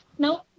no